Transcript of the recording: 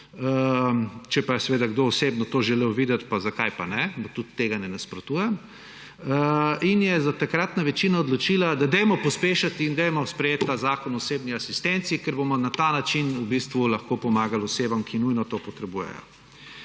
če pa je seveda kdo osebno to želel videti, zakaj pa ne, mu tudi tega ne nasprotujem – je takratna večina odločila, da dajmo pospešiti in dajmo sprejeti ta zakon o osebni asistenci, ker bomo na ta način v bistvu lahko pomagali osebam, ki nujno to potrebujejo.